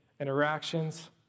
interactions